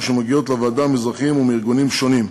שמגיעות לוועדה מאזרחים ומארגונים שונים,